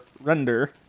render